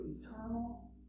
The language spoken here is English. eternal